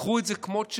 קחו את זה כמות שזה,